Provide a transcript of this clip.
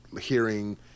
hearing